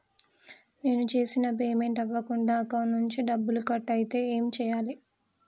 నేను చేసిన పేమెంట్ అవ్వకుండా అకౌంట్ నుంచి డబ్బులు కట్ అయితే ఏం చేయాలి?